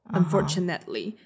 unfortunately